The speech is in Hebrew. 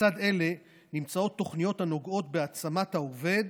לצד אלה יש תוכניות הנוגעות בהעצמת העובד